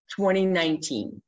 2019